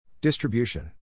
Distribution